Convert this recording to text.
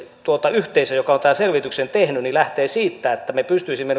yhteisö joka on tämän selvityksen tehnyt lähtee siitä että me pystyisimme